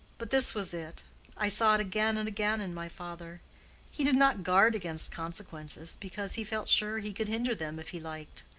but this was it i saw it again and again in my father he did not guard against consequences, because he felt sure he could hinder them if he liked.